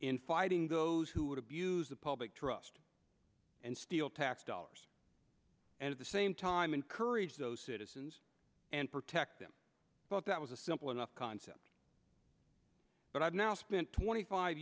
in fighting those who would abuse the public trust and steal tax dollars and at the same time encourage those citizens and protect them but that was a simple enough concept but i've now spent twenty five